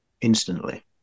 instantly